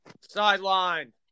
sideline